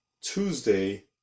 Tuesday